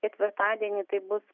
ketvirtadienį tai bus